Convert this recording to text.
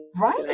Right